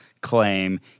claim